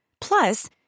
Plus